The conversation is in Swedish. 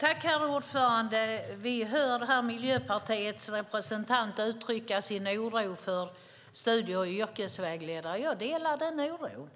Herr talman! Vi hör Miljöpartiets representant uttrycka sin oro för studie och yrkesvägledare. Jag delar den oron.